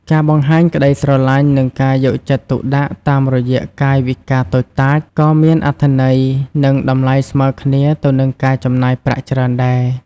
ការបង្ហាញក្តីស្រឡាញ់ និងការយកចិត្តទុកដាក់តាមរយៈកាយវិការតូចតាច ក៏មានអត្ថន័យ និងតម្លៃស្មើគ្នាទៅនឹងការចំណាយប្រាក់ច្រើនដែរ។